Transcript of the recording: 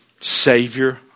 savior